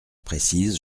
précises